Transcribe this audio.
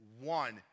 one